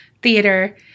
theater